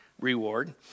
reward